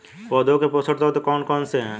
पौधों के पोषक तत्व कौन कौन से हैं?